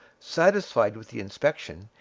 satisfied with the inspection,